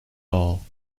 all